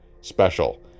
special